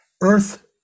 Earth